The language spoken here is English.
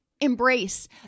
embrace